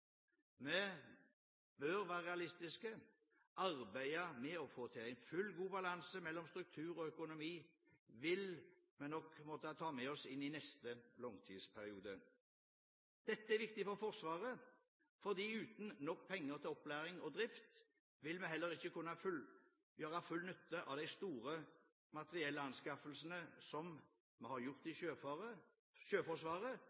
Vi bør være realistiske. Arbeidet med å få til en fullgod balanse mellom struktur og økonomi vil vi nok måtte ta med oss inn i neste langtidsperiode. Dette er viktig for Forsvaret, for uten nok penger til opplæring og drift vil vi heller ikke kunne gjøre full nytte av de store materiellanskaffelsene som vi har gjort i Sjøforsvaret,